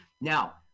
Now